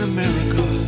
America